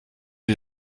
die